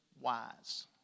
wise